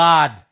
God